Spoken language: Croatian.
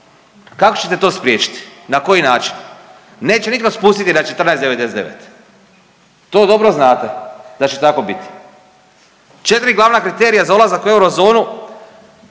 Kako ćete to spriječiti? Na koji način? Neće nitko spustiti na 14,99 to dobro znate da će tako biti. Četiri glavna kriterija za ulazak u eurozonu